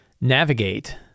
navigate